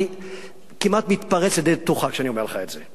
אני כמעט מתפרץ לדלת פתוחה כשאני אומר לך את זה,